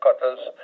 cutters